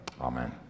Amen